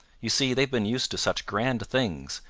you see they've been used to such grand things,